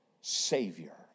Savior